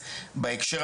חיפה,